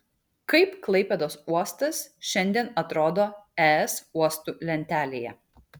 kaip klaipėdos uostas šiandien atrodo es uostų lentelėje